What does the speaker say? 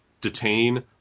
detain